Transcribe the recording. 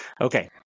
Okay